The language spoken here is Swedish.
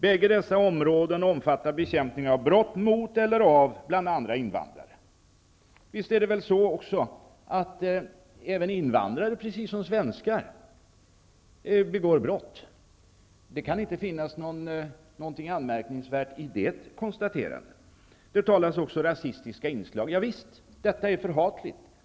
Bägge dessa områden omfattar bekämpning av brott mot eller av bl.a. invandrare. Visst är det väl så att även invandrare, precis som svenskar, begår brott. Det kan inte finnas något anmärkningsvärt i det konstaterandet. Det talas om rasistiska inslag, och visst är detta något förhatligt.